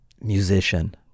musician